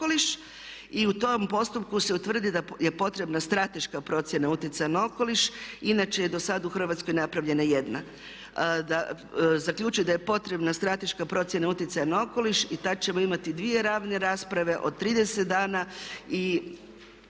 i u tom postupku se utvrdi da je potrebna strateška procjena utjecaja na okoliš. Inače je do sad u Hrvatskoj napravljena jedna, zaključi da je potrebna strateška procjena utjecaja na okoliš i tad ćemo imati dvije ravne rasprave od 30 dana i